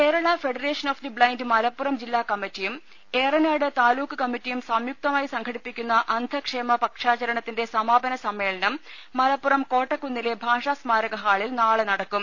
Kerala federation of the blind Malappuram ജില്ലാ കമ്മ റ്റിയും ഏറനാട് താലൂക്ക് കമ്മറ്റിയും സംയുക്തമായി സംഘടിപ്പി ക്കുന്ന അന്ധക്ഷേമ പക്ഷാചരണത്തിന്റെ സമാപന സമ്മേളനം മല പ്പുറം കോട്ടക്കുന്നിലെ ഭാഷാ സ്മാരക ഹാളിൽ നാളെ നടക്കും